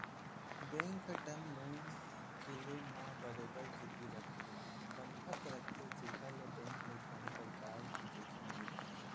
bank ह term loan के ले म बरोबर गिरवी रखथे बंधक रखथे जेखर ले बेंक ल कोनो परकार के जोखिम नइ रहय